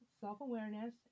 self-awareness